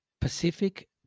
pacific